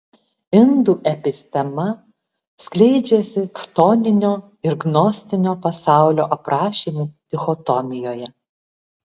indų epistema skleidžiasi chtoninio ir gnostinio pasaulio aprašymų dichotomijoje